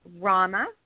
Rama